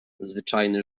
zwyczajny